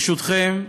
ברשותכם,